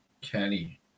Kenny